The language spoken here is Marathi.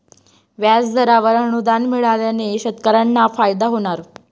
व्याजदरावर अनुदान मिळाल्याने शेतकऱ्यांना फायदा होणार